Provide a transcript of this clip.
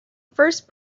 first